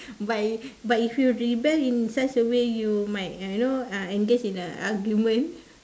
but if but if you rebel in such a way you might uh you know uh engage in a argument